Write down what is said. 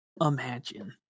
imagine